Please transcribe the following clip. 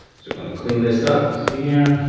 so we're gonna clean this up, this here.